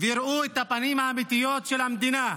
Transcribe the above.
ויראו את הפנים האמיתיות של המדינה,